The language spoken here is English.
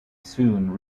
soon